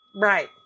Right